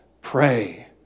pray